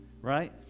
right